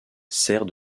sert